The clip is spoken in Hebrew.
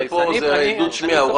פה זו עדות שמיעה.